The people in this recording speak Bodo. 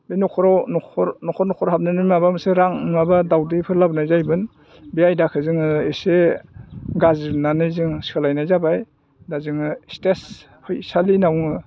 बे न'खराव न'खर न'खर हाबनायनि माबा मोनसे रां नङाबा दावदैफोर लाबोनाय जायोमोन बे आयदाखो जोङो इसे गाज्रि मोननानै जों सोलायनाय जाबाय दा जोङो स्टेज फैसालि होनना बुङो